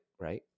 right